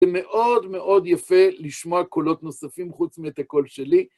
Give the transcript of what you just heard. זה מאוד מאוד יפה לשמוע קולות נוספים חוץ מאת הקול שלי.